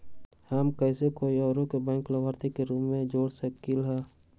हम कैसे कोई और के बैंक लाभार्थी के रूप में जोर सकली ह?